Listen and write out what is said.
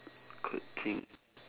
good thing